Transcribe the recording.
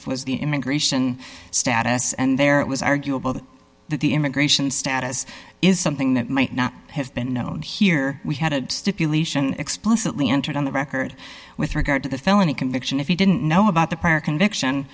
flies the immigration status and there it was arguable that the immigration status is something that might not have been known here we had a stipulation explicitly entered on the record with regard to the felony conviction if he didn't know about the prior conviction